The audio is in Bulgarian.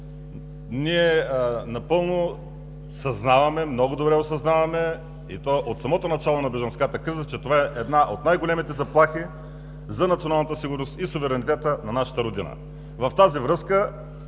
тъй като ние много добре осъзнаваме, и то от самото начало на бежанската криза, че това е една от най-големите заплахи за националната сигурност и суверенитета на нашата родина.